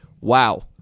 wow